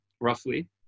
roughly